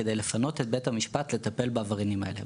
כדי לפנות את בית המשפט לטפל בעבריינים האלה.